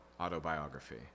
autobiography